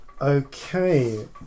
Okay